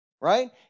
right